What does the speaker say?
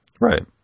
Right